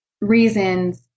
reasons